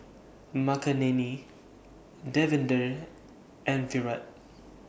Makineni Davinder and Virat